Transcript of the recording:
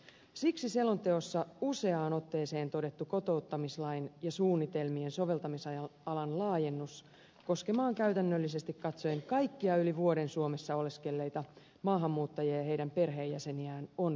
siksi selonteossa useaan otteeseen todettu kotouttamislain ja suunnitelmien soveltamisalan laajennus koskemaan käytännöllisesti kaikkia yli vuoden suomessa oleskelleita maahanmuuttajia ja heidän perheenjäseniään on perusteltu